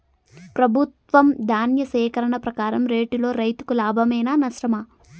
ప్రభుత్వం ధాన్య సేకరణ ప్రకారం రేటులో రైతుకు లాభమేనా నష్టమా?